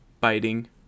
biting